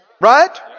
Right